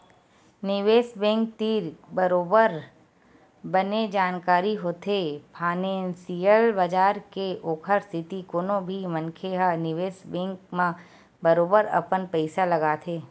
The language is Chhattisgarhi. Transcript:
निवेस बेंक तीर बरोबर बने जानकारी होथे फानेंसियल बजार के ओखर सेती कोनो भी मनखे ह निवेस बेंक म बरोबर अपन पइसा लगाथे